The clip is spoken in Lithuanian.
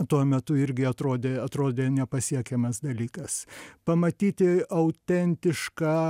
tuo metu irgi atrodė atrodė nepasiekiamas dalykas pamatyti autentišką